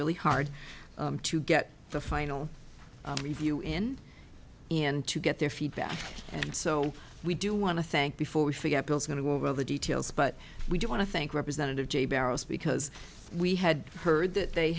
really hard to get the final review in in to get their feedback and so we do want to thank before we forget bill's going to go over the details but we do want to thank representative j barrows because we had heard that they